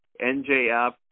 NJF